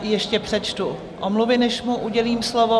Ještě přečtu omluvy, než mu udělím slovo.